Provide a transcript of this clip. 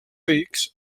rics